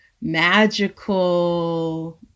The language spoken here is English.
magical